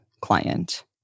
client